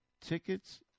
Tickets